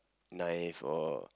naive or